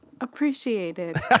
appreciated